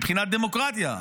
מבחינת הדמוקרטיה,